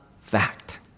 fact